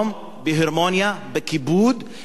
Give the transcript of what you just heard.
בכיבוד עם הסודנים שם.